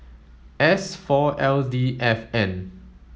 S four L D F N